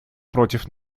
против